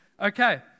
Okay